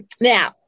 Now